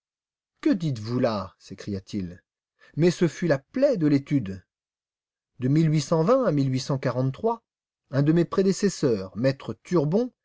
que dites-vous là s'écria-t-il mais ce fut la plaie de l'étude de à un de mes prédécesseurs m e turbon